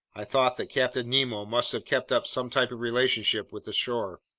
i thought that captain nemo must have kept up some type of relationship with the shore.